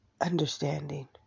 understanding